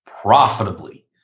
profitably